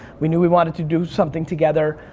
we knew we wanted to do something together.